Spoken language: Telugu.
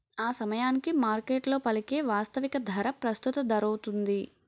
ఆసమయానికి మార్కెట్లో పలికే వాస్తవిక ధర ప్రస్తుత ధరౌతుంది